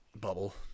bubble